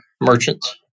merchants